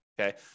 okay